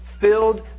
filled